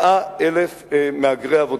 100,000 מהגרי עבודה.